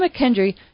McKendry